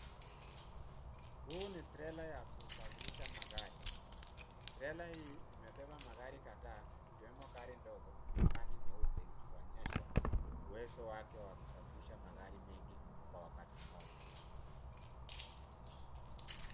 Huu ni trela ya kusafirisha magari. Trela hii imebeba magari kadhaa, ikiwemo gari ndogo na vani nyeupe, ikionyesha uwezo wake wa kusafirisha magari mengi kwa wakati mmoja.